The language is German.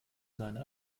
seine